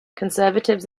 conservatives